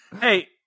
Hey